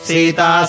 Sita